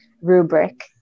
rubric